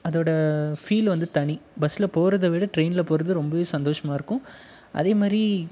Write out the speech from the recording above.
அதோடய ஃபீல் வந்து தனி பஸ்ஸில் போகிறத விட ட்ரெயினில் போகிறது ரொம்பவே சந்தோஷமா இருக்கும் அதேமாதிரி